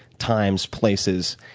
times, places.